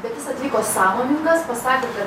bet jis atvyko sąmoningas pasakė kad